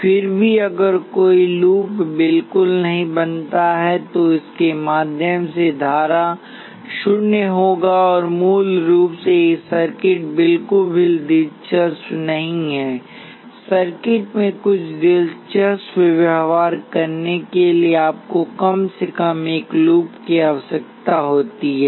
फिर भी अगर कोई लूप बिल्कुल नहीं बनता है तो इसके माध्यम से धारा शून्य होगा मूल रूप से ये सर्किट बिल्कुल भी दिलचस्प नहीं हैं सर्किट में कुछ दिलचस्प व्यवहार करने के लिए आपको कम से कम एक लूप की आवश्यकता होती है